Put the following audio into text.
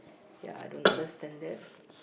yeah I don't understand that